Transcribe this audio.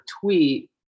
tweet